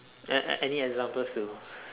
an~ an~ any examples to